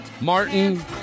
Martin